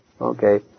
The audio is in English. Okay